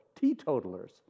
teetotalers